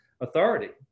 authority